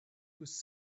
was